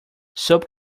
soap